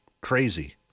Crazy